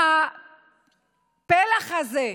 מהפלח הזה,